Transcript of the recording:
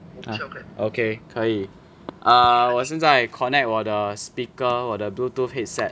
!huh! okay 可以 err 我现在 connect 我的 speaker 我的 bluetooth headset